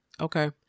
Okay